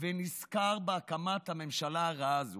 ונזכר בהקמת הממשלה הרעה הזו,